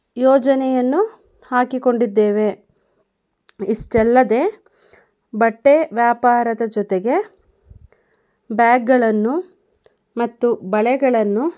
ಯೋಜನೆಯನ್ನು ಹಾಕಿಕೊಂಡಿದ್ದೇವೆ ಇಷ್ಟಲ್ಲದೆ ಬಟ್ಟೆ ವ್ಯಾಪಾರದ ಜೊತೆಗೆ ಬ್ಯಾಗ್ಗಳನ್ನು ಮತ್ತು ಬಳೆಗಳನ್ನು